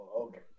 okay